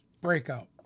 breakout